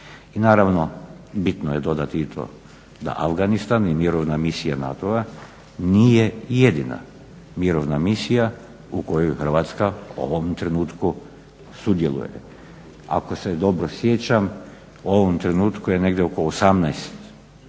I naravno bitno je dodati i to da Afganistan i mirovna misija NATO-a nije jedina mirovna misija u kojoj Hrvatska u ovom trenutku sudjeluje. Ako se dobro sjećam u ovom trenutku je negdje oko 18